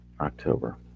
October